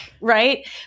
right